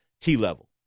T-level